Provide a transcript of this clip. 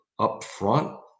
upfront